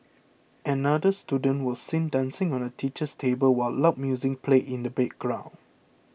another student was seen dancing on the teacher's table while loud music played in the background